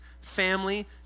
family